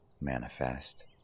manifest